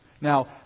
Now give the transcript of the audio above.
Now